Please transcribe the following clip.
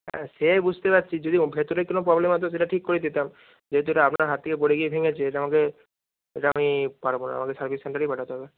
হ্যাঁ সে বুঝতেই পারছি যদি ভেতরে কোনো প্রবলেম হতো সেটা ঠিক করিয়ে দিতাম যেহেতু এটা আপনার হাত থেকে পড়ে গিয়ে ভেঙেছে এতো আমাকে এটা আমি পারবো না আমাকে সার্ভিস সেন্টারেই পাঠাতে হবে